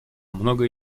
многое